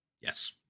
yes